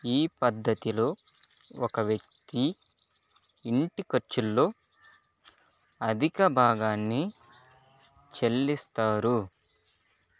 ఈ పద్ధతిలో ఒక వ్యక్తి ఇంటి ఖర్చుల్లో అధిక భాగాన్ని చెల్లిస్తారు